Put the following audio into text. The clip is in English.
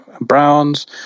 Browns